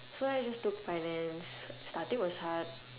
so I just took finance starting was hard